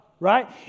Right